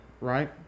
right